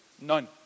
None